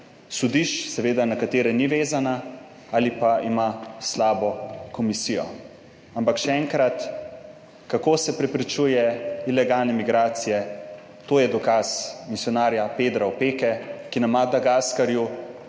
sodišč seveda na katere ni vezana ali pa ima slabo komisijo. Ampak še enkrat, kako se preprečuje ilegalne migracije? To je dokaz misijonarja Pedra Opeke, ki na Madagaskarju